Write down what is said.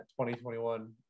2021